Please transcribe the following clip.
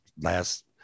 last